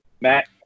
Matt